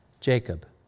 Jacob